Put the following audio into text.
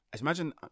imagine